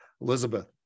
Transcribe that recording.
Elizabeth